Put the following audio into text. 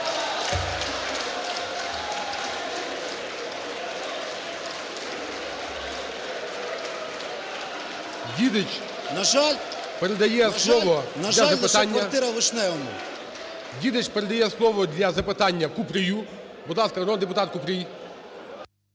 Дідич передає слово для запитання Купрію.